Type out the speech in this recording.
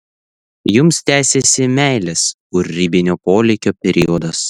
jums tęsiasi meilės kūrybinio polėkio periodas